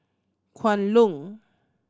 Kwan Loong